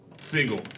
single